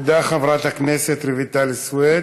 תודה, חברת הכנסת רויטל סויד.